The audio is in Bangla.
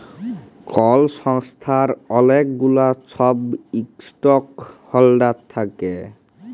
কল সংস্থার অলেক গুলা ছব ইস্টক হল্ডার থ্যাকে